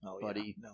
buddy